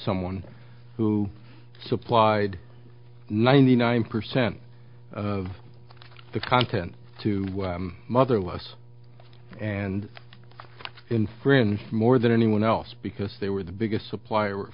someone who supplied ninety nine percent of the content to motherless and infringed more than anyone else because they were the biggest supplier